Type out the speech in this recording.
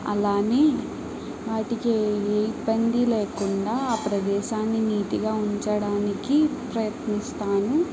అలానే వాటికి ఏ ఇబ్బంది లేకుండా ఆ ప్రదేశాన్ని నీట్గా ఉంచడానికి ప్రయత్నిస్తాను